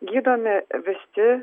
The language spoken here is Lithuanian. gydomi visi